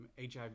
HIV